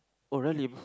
oh really